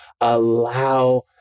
allow